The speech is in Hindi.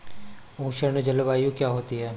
उष्ण जलवायु क्या होती है?